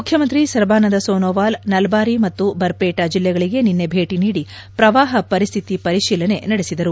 ಮುಖ್ಯಮಂತ್ರಿ ಸರ್ಬಾನಂದ್ ಸೋನೇವಾಲ್ ನಲ್ಬಾರಿ ಮತ್ತು ಬರ್ವೇಠಾ ಜಿಲ್ಲೆಗಳಿಗೆ ನಿನ್ನೆ ಭೇಟಿ ನೀದಿ ಪ್ರವಾಹ ಪರಿಸ್ಥಿತಿಯ ಪರಿಶೀಲನೆ ನಡೆಸಿದರು